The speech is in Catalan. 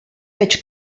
veig